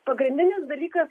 pagrindinis dalykas